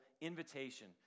invitation